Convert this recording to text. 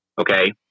Okay